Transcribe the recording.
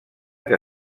que